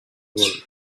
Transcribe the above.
world